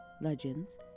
legends